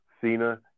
Cena